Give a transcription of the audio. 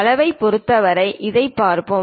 அளவைப் பொறுத்தவரை அதைப் பார்ப்போம்